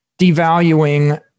devaluing